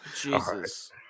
Jesus